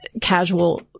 casual